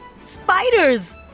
Spiders